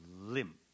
limp